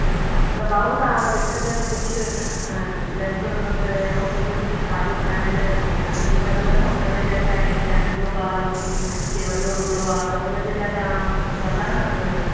अच्छा अच्छा त भाउ तव्हां अगरि विच में अगरि कुझु रेस्टोरंट वग़ैरह या होटल में कुझु खाधो खाइण लाइ बीह सघंदा ना उन लाइ जंहिं छा आहे कंहिंखे नंढो ॿार आहे कोई के वॾो बुढो आहे त उनजे लाइ तव्हां कंदा ना